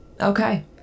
Okay